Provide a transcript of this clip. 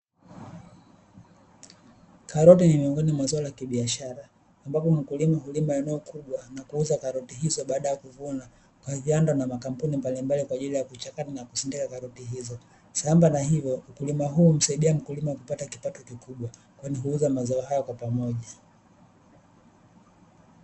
Karoti ni miongoni mwa zao la kibiashara, ambapo wakulima hulima eneo kubwa, na kuuza karoti hizo baada ya kuvuna, kwenye viwanda na makampuni mbalimbali kwa ajili ya kuchakata na kusindika karoti hizo. Sambamba na hivyo, ukulima huu humsaidia mkulima kupata kipato kikubwa kwani huuza mazao hayo kwa pamoja